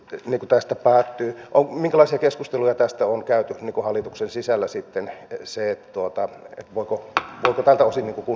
riku tästä päättyy omin toisen keskustelua tähänhän on käyty joko hallituksen sisällä sitten monissa kaupungeissa monilla kaupunkiseuduilla alueseuduilla kiinnitetty huomiota